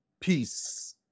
peace